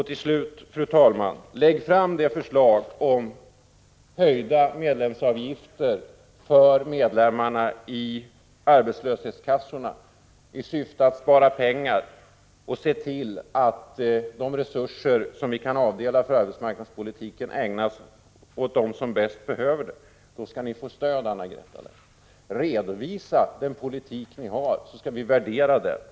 Till slut, fru talman: Lägg fram förslag om höjda medlemsavgifter för medlemmarna i arbetslöshetskassorna, i syfte att spara pengar, och se till att de resurser som vi kan avdela för arbetsmarknadspolitiken ägnas åt dem som bäst behöver dem — då skall ni få stöd, Anna-Greta Leijon! Redovisa den politik som ni har, så skall vi värdera den.